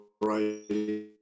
right